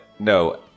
No